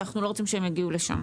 כי אנחנו לא רוצים שהם יגיעו לשם.